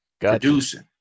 producing